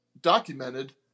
documented